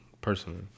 Personally